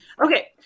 Okay